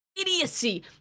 Idiocy